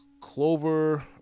Clover